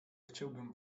chciałbym